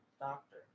doctor